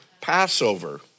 Passover